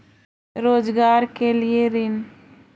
रोजगार के लिए ऋण?